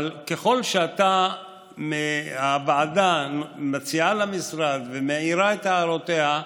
אבל ככל שהוועדה מציעה למשרד ומעירה את הערותיה,